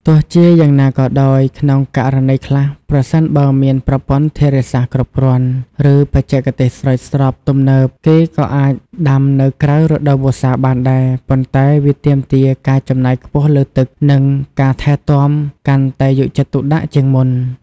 ទោះជាយ៉ាងណាក៏ដោយ ក្នុងករណីខ្លះ ប្រសិនបើមានប្រព័ន្ធធារាសាស្រ្តគ្រប់គ្រាន់ ឬបច្ចេកទេសស្រោចស្រពទំនើប គេក៏អាចដាំនៅក្រៅរដូវវស្សាបានដែរ ប៉ុន្តែវាទាមទារការចំណាយខ្ពស់លើទឹក និងការថែទាំកាន់តែយកចិត្តទុកដាក់ជាងមុន។